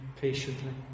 patiently